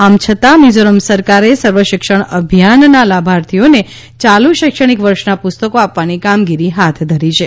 આમ છતા મિઝોરમ સરકારે સર્વ શિક્ષણ અભિયાનના લાભાર્થીઓને ચાલુ શૈક્ષણિક વર્ષના પુસ્તકો આપવાની કામગીરી હાથ ધરી છે